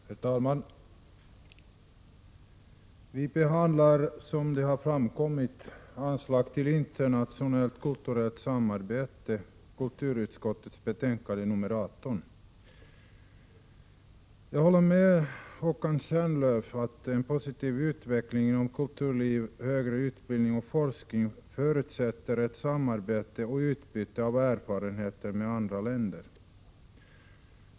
Herr talman! Vi behandlar nu kulturutskottets betänkande 18 om anslag till internationellt och kulturellt samarbete. Jag håller med Håkan Stjernlöf om att en positiv utveckling inom kulturliv, högre utbildning och forskning förutsätter ett samarbete och utbyte av erfarenheter med andra länder.